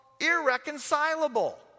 irreconcilable